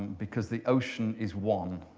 because the ocean is one.